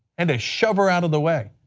and shove her out of the way.